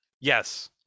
Yes